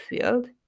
field